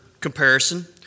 comparison